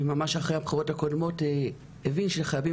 ממש אחרי הבחירות הקודמות הבין שחייבים